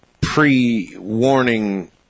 pre-warning